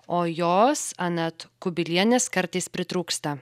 o jos anot kubilienės kartais pritrūksta